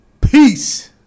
Peace